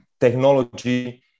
technology